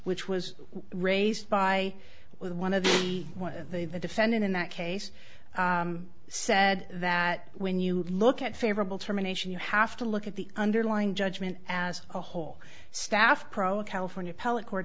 which was raised by with one of the the defendant in that case said that when you look at favorable terminations you have to look at the underlying judgment as a whole staff pro a california